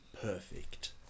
perfect